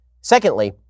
Secondly